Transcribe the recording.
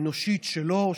האנושית שלו,